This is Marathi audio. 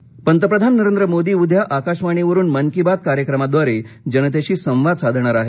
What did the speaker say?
मन की बात पंतप्रधान नरेंद्र मोदी उद्या आकाशवाणीवरून मन की बात कार्यक्रमाद्वारे जनतेशी संवाद साधणार आहेत